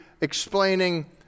explaining